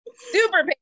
Super